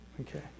Okay